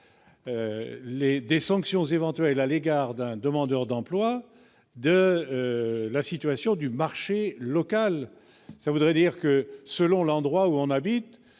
des sanctions éventuelles à l'égard d'un demandeur d'emploi de la situation du marché local. Cela voudrait dire que, selon l'endroit où l'on habite,